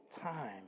time